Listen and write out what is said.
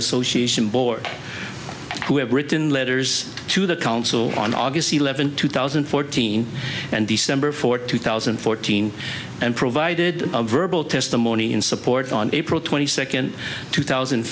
association board who have written letters to the council on aug eleventh two thousand and fourteen and december fourth two thousand and fourteen and provided a verbal testimony in support on april twenty second two thousand